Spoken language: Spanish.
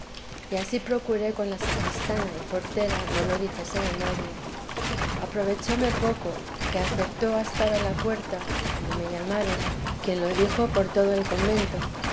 y ansí procuré con la sacristana y portera no lo dijesen a nadie aprovechóme poco que acertó a estar a la puerta cuando me llamaron quien lo dijo por todo el convento